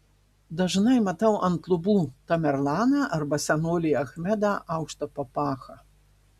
dažnai matau ant lubų tamerlaną arba senolį achmedą aukšta papacha